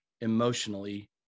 emotionally